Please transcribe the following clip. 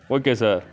okay sir